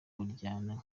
buryana